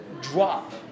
drop